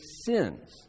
sins